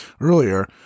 earlier